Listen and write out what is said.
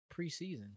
preseason